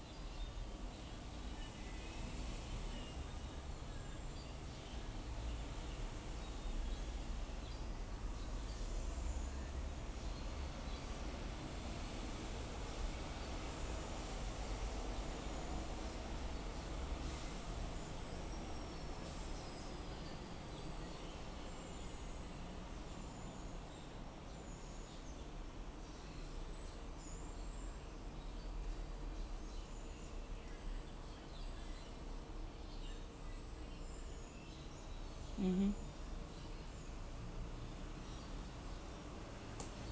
mmhmm